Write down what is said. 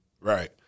Right